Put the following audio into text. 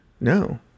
No